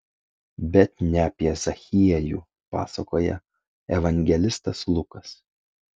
bet ne apie zachiejų pasakoja evangelistas lukas